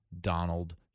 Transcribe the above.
Donald